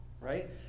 right